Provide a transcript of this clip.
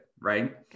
right